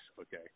okay